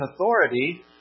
authority